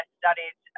studied